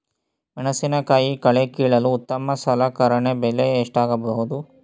ಮೆಣಸಿನಕಾಯಿ ಕಳೆ ಕೀಳಲು ಉತ್ತಮ ಸಲಕರಣೆ ಬೆಲೆ ಎಷ್ಟಾಗಬಹುದು?